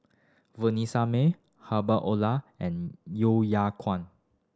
Vanessa Mae Herbert and Yo Kwang